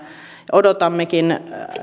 odotammekin